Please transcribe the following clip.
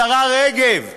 השרה רגב,